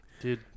Dude